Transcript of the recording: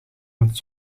met